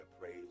Praise